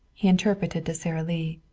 he interpreted to sara lee.